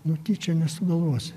nu tyčia nesugalvosi